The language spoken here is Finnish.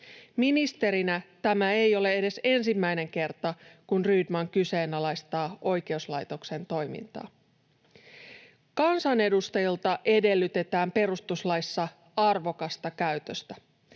Ministerinä tämä ei ole edes ensimmäinen kerta, kun Rydman kyseenalaistaa oikeuslaitoksen toimintaa. Kansanedustajilta edellytetään perustuslaissa arvokasta käytöstä.